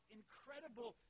incredible